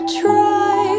try